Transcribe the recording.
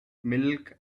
milk